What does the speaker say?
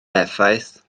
effaith